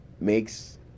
Makes